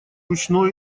ручною